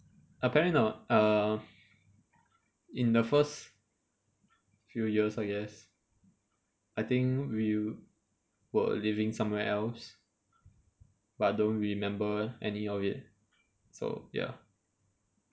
apparently not err in the first few years I guess I think we were living somewhere else but I don't remember any of it so ya